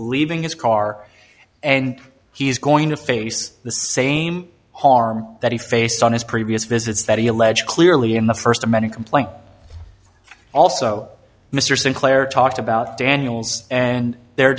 leaving his car and he's going to face the same harm that he faced on his previous visits that he alleged clearly in the first of many complaint also mr sinclair talked about daniels and their